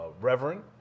reverend